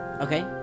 Okay